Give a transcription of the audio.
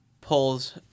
pulls